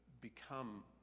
become